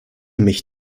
mich